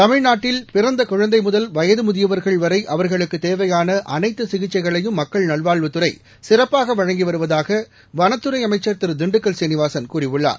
தமிழ்நாட்டில் பிறந்தகுழந்தைமுதல் வயதமுதியவர்கள் வரைஅவர்களுக்குதேவையானஅனைத்துசிகிச்சைகளையும் மக்கள் நல்வாழ்வுத் துறைசிறப்பாகவழங்கிவருவதாகவனத்துறைஅமைச்சர் திருதிண்டுக்கல் சீனிவாசன் கூறியுள்ளார்